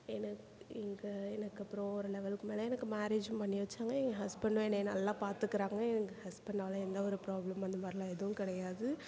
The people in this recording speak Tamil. எனக்கு இங்கே எனக்கு அப்பறம் ஒரு லெவலுக்கு மேலே எனக்கு மேரேஜும் பண்ணி வைச்சாங்க என் ஹஸ்பண்டும் என்னை நல்லா பார்த்துக்கறாங்க எனக்கு ஹஸ்பண்டால் எந்த ஒரு ப்ராப்ளம் அந்த மாதிரிலாம் எதுவும் கிடையாது